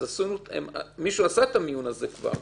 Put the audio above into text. אז מישהו עשה את המיון הזה כבר,